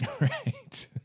right